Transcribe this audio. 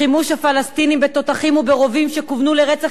חימוש הפלסטינים בתותחים וברובים שכוונו לרצח